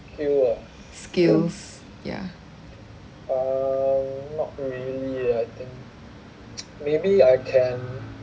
skills ya